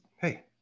hey